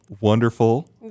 wonderful